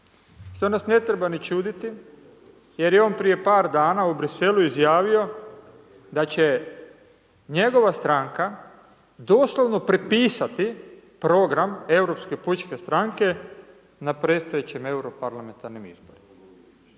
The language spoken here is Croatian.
Što nas ne treba ni čuditi jer je on prije par dana u Briselu izjavio da će njegova stranka doslovno prepisati program Europske pučke stranke na predstojećih euro parlamentarnim izborima.